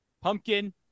Pumpkin